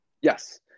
Yes